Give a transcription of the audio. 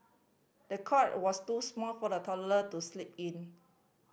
the cot was too small for the toddler to sleep in